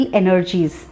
energies